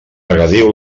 regadiu